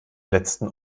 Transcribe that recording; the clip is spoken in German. letzten